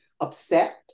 upset